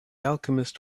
alchemist